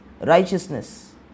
righteousness